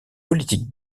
politique